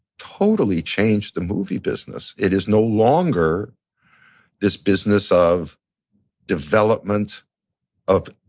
totally changed the movie business. it is no longer this business of development of